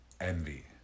envy